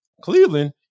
cleveland